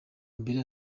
mbere